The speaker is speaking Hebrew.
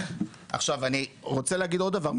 עכשיו אני רוצה להגיד עוד דבר,